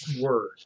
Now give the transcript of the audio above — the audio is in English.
word